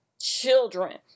children